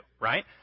right